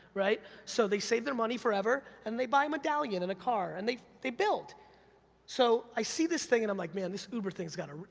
right? so, they save their money forever, and they buy medallion and a car and they they build. so, i see this thing and i'm like, man this uber thing's gonna,